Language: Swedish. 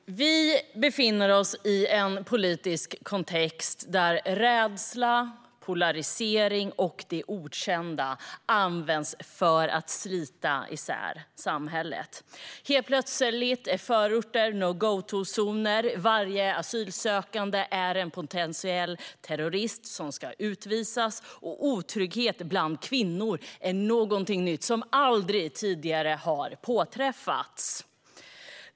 Fru talman! Vi befinner oss i en politisk kontext där rädsla, polarisering och det okända används för att slita isär samhället. Helt plötsligt är förorter no go-zoner, varje asylsökande en potentiell terrorist som ska utvisas och otrygghet bland kvinnor någonting nytt som aldrig tidigare har påträffats.